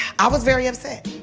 i was very upset.